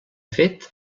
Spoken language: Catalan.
fet